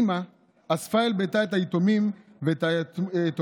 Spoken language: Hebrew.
איטמא אספה אל ביתה את היתומים ואת היתומות,